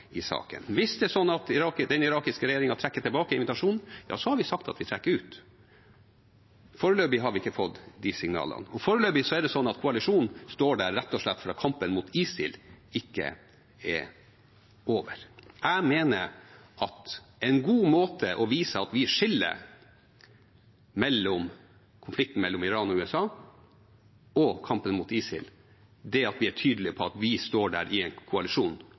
den irakiske regjeringen trekker tilbake invitasjonen, har vi sagt at vi trekker oss. Foreløpig har vi ikke fått de signalene. Foreløpig står koalisjonen der rett og slett fordi kampen mot ISIL ikke er over. Jeg mener at en god måte å vise at vi skiller mellom konflikten mellom Iran og USA og kampen mot ISIL på, er at vi er tydelige på at vi står der i en koalisjon